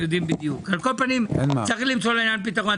על כל פנים, צריך למצוא לעניין פתרון.